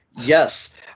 Yes